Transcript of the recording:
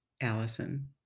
Allison